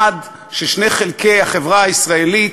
שיח שנועד ששני חלקי החברה הישראלית,